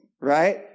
right